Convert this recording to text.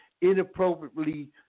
inappropriately